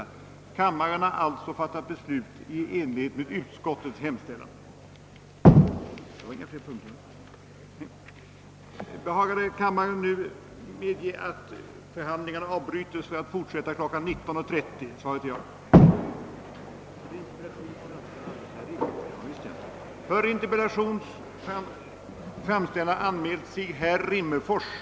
Jag anhåller i detta sammanhang om andra kammarens tillstånd att till herr statsrådet och chefen för försvarsdepartementet få ställa följande fråga: Är herr försvarsministern villig att medverka till en översyn av Överenskommelser mellan försvarsmakten och sådana jordägare som under ett tidigare skede och delvis andra betingelser upplåtit mark för anläggningar i samband med försvarsoch bevakningsändamål — där sådan ändring har begärts av markägaren?